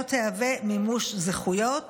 לא תהווה מימוש זכויות